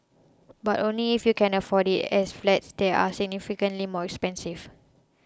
but only if you can afford it as flats there are significantly more expensive